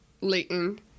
Leighton